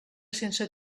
sense